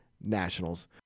Nationals